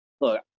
Look